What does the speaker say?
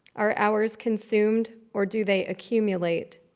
our hours consumed, or do they accumulate?